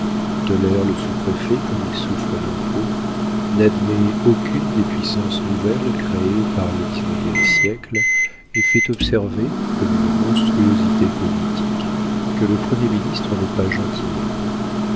tolère le sous-préfet comme il souffre l'impôt n'admet aucune des puissances nouvelles créées par le dix-neuvième siècle et fait observer comme une monstruosité politique que le premier ministre n'est pas gentilhomme